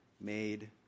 made